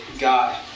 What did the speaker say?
God